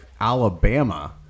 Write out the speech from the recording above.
Alabama